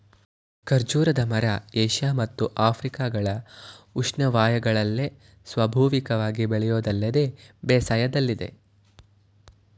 ಖರ್ಜೂರದ ಮರ ಏಷ್ಯ ಮತ್ತು ಆಫ್ರಿಕಗಳ ಉಷ್ಣವಯಗಳಲ್ಲೆಲ್ಲ ಸ್ವಾಭಾವಿಕವಾಗಿ ಬೆಳೆಯೋದಲ್ಲದೆ ಬೇಸಾಯದಲ್ಲಿದೆ